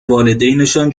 والدینشان